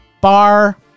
bar